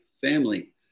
family